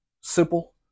simple